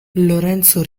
lorenzo